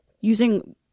using